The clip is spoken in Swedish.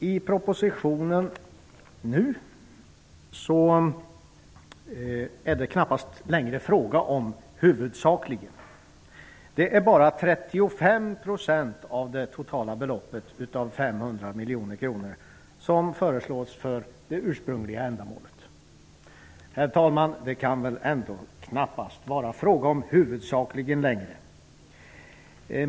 I den proposition som nu lagts fram är det knappast längre fråga om att medlen huvudsakligen skall gå till detta. Det är bara 35 % av det totala beloppet på 500 miljoner kronor som föreslås gå till det ursprungliga ändamålet. Det kan, herr talman, knappast längre vara fråga om ''huvudsakligen''.